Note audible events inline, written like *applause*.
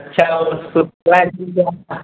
अच्छा *unintelligible*